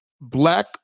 black